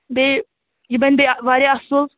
بیٚیہِ یہِ بَنہِ بیٚیہِ واریاہ اصٕل